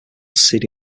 sidi